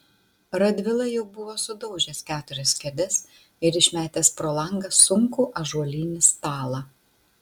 radvila jau buvo sudaužęs keturias kėdes ir išmetęs pro langą sunkų ąžuolinį stalą